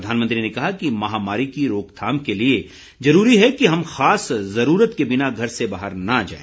प्रधानमंत्री ने कहा कि महामारी की रोकथाम के लिए जरूरी है कि हम खास जरूरत के बिना घर से बाहर न जाए